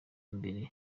mbere